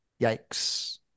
yikes